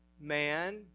man